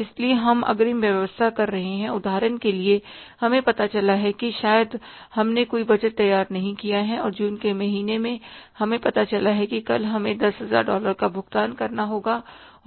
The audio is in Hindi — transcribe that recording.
इसलिए हम अग्रिम व्यवस्था कर रहे हैं उदाहरण के लिए हमें पता चला है कि शायद हमने कोई बजट तैयार नहीं किया है और जून के महीने में हमें पता चला है कि कल हमें 10000 डॉलर का भुगतान करना होगा